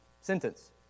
sentence